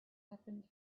happens